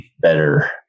better